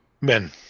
Men